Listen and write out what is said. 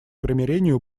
примирению